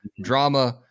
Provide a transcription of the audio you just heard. drama